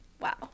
wow